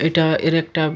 এটা এর একটা